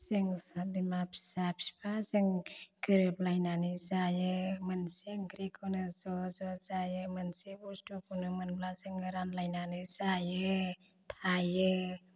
जों बिमा फिसा फिफा जों गोरोबलायनानै जायो मोनसे ओंख्रिखौनो ज ज जायो मोनसे बुस्थुखौनो मोनला जोङो रानलायनानै जायो थायो